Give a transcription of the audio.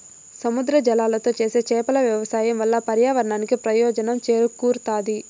సముద్ర జలాలతో చేసే చేపల వ్యవసాయం వల్ల పర్యావరణానికి ప్రయోజనం చేకూరుతాది